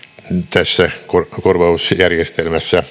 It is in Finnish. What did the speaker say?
tässä korvausjärjestelmässä